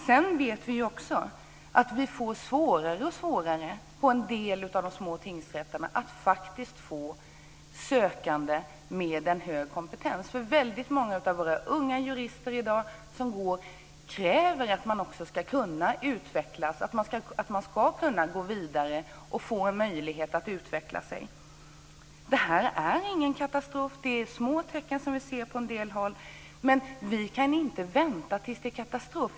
Sedan vet vi att vi får svårare och svårare på en del av de små tingsrätterna att faktiskt få sökande med en hög kompetens. Väldigt många av våra unga jurister kräver att de ska kunna utvecklas, att de ska kunna gå vidare och utveckla sig. Det här är ingen katastrof. Det är små tecken som vi ser på en del håll. Men vi kan inte vänta tills det är katastrof.